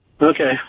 Okay